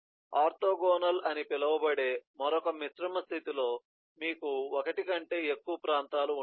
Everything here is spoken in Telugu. ఆర్తోగోనల్ అని పిలువబడే మరొక మిశ్రమ స్థితిలో మీకు ఒకటి కంటే ఎక్కువ ప్రాంతాలు ఉంటాయి